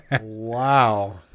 Wow